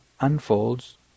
unfolds